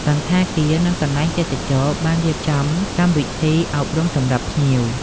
សណ្ឋាគារនិងកន្លែងទេសចរណ៍បានរៀបចំកម្មវិធីអប់រំសម្រាប់ភ្ញៀវ។